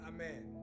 Amen